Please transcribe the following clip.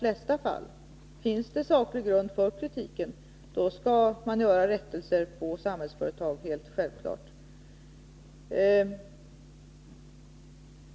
Men om det finns saklig grund för kritiken skall man helt självfallet göra rättelser inom Samhällsföretag.